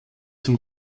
zum